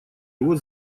его